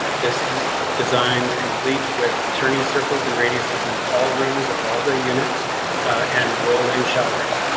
this is designed complete with turning circles, and radius is in all rooms of all the units and roll in showers.